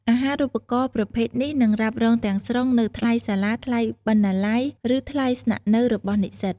អាហារូបករណ៍ប្រភេទនេះនឹង រ៉ាប់រងទាំងស្រុង នូវ ថ្លៃសិក្សា ថ្លៃបណ្ណាល័យ ឬ ថ្លៃស្នាក់នៅ របស់និស្សិត។